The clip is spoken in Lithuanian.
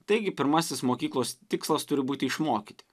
taigi pirmasis mokyklos tikslas turi būti išmokyti